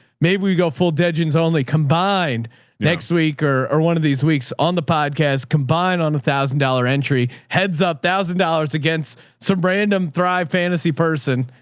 maybe we go full deadlines only combined next week or or one of these weeks on the podcast combined on a a thousand dollar entry heads up thousand dollars against some random thrive fantasy person.